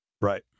Right